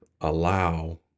allow